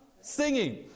singing